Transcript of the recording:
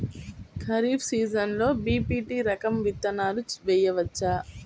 ఖరీఫ్ సీజన్లో బి.పీ.టీ రకం విత్తనాలు వేయవచ్చా?